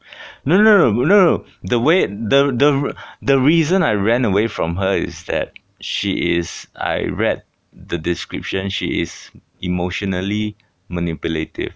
no no no no the when the the the reason I ran away from her is that she is I read the description she is emotionally manipulative